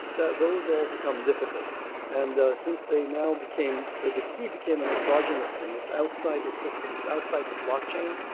those all become difficult and ah since they now became the the key became an exogenous thing. it's outside the system. it's outside the blockchain.